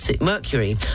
Mercury